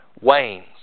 wanes